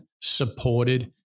supported